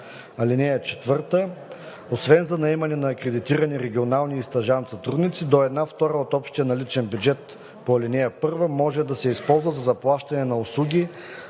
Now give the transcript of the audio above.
линия. (4) Освен за наемане на акредитирани, регионални и стажант-сътрудници, до една втора от общия наличен бюджет по ал. 1 може да се използва за заплащане на услуги